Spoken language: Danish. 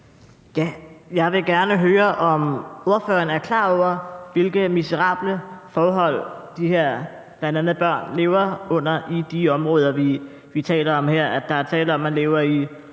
Jeg vil gerne høre, om ordføreren er klar over, hvilke miserable forhold de her bl.a. børn lever under i de områder, vi taler om her: at der er tale om, at man lever i